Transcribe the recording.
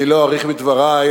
אני לא אאריך בדברי.